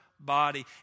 Body